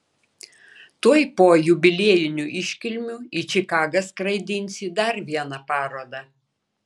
tuoj po jubiliejinių iškilmių į čikagą skraidinsi dar vieną parodą